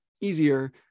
easier